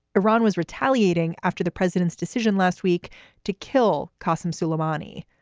iran was retaliating after the president's decision last week to kill kassim suleimani.